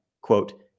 quote